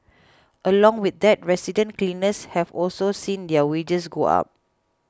along with that resident cleaners have also seen their wages go up